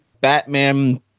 Batman